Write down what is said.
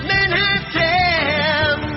Manhattan